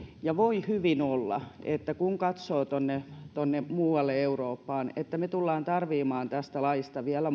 voi hyvin olla kun katsoo tuonne tuonne muualle eurooppaan että me tulemme tarvitsemaan tästä laista vielä